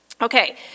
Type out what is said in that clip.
Okay